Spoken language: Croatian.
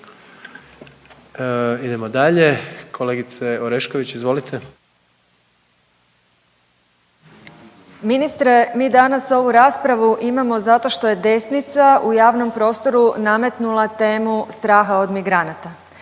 s imenom i prezimenom)** Ministre, mi danas ovu raspravu imamo zato što je desnica u javnom prostoru nametnula temu straha od migranata.